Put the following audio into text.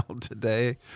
today